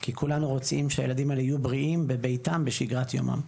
כי כולנו רוצים שהילדים האלה יהיו בריאים בביתם בשגרת יומם.